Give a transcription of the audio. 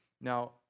Now